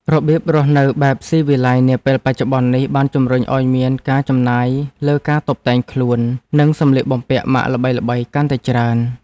របៀបរស់នៅបែបស៊ីវិល័យនាពេលបច្ចុប្បន្ននេះ បានជំរុញឱ្យមានការចំណាយលើការតុបតែងខ្លួន និងសម្លៀកបំពាក់ម៉ាកល្បីៗកាន់តែច្រើន។